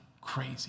crazy